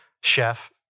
chef